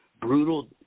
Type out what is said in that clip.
Brutal